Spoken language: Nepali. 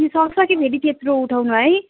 कि सक्छ कि फेरि त्यत्रो उठाउनु है